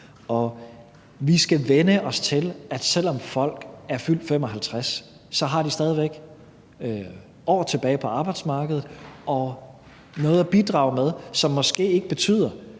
vi skal vænne os til, at selv om folk er fyldt 55 år, har de stadig væk år tilbage på arbejdsmarkedet og noget at bidrage med, som måske ikke betyder,